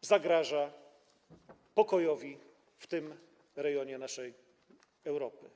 zagraża pokojowi w tym rejonie naszej Europy.